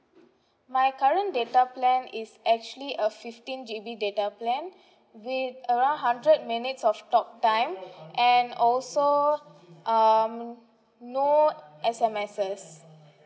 my current data plan is actually a fifteen G_B data plan with around hundred minutes of talk time and also um no S_M_Ses